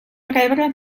rebre